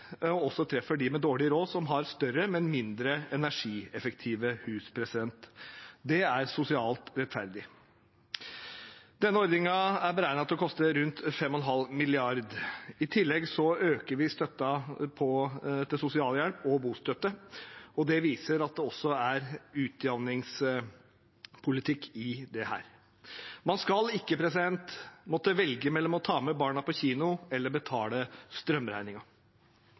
og også treffer dem med dårlig råd som har større, men mindre energieffektive hus. Det er sosialt rettferdig. Denne ordningen er beregnet til å koste rundt 5,5 mrd. kr. I tillegg øker vi støtten til sosialhjelp og bostøtte, og det viser at det også er utjevningspolitikk i dette. Man skal ikke måtte velge mellom å ta med barna på kino eller betale